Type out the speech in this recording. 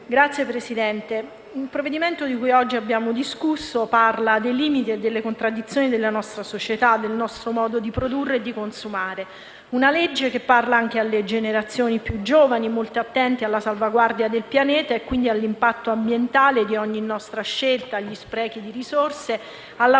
discusso è un provvedimento che parla dei limiti e delle contraddizioni della nostra società, del nostro modo di produrre e di consumare; è un disegno di legge che parla anche alle generazioni più giovani, molto attente alla salvaguardia del pianeta e quindi all'impatto ambientale di ogni nostra scelta, agli sprechi di risorse, alla coerenza